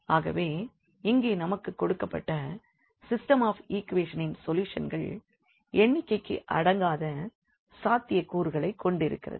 ஆகவே இங்கே நமக்குக் கொடுக்கப்பட்ட சிஸ்டம் ஆஃப் ஈக்வேஷன் ன் சொல்யூஷன் கள் எண்ணிக்கைக்கு அடங்காத சாத்தியக் கூறுகளைக் கொண்டிருக்கிறது